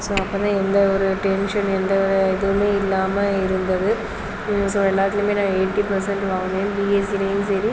so அப்போதான் எந்த ஒரு டென்ஷன் எந்த ஒரு இதுவுமே இல்லாமல் இருந்தது ஸோ எல்லாத்திலேயுமே நான் எயிட்டி பர்சென்ட் வாங்கினேன் பிஎஸ்சிலேயும் சரி